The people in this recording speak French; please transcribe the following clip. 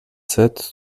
sept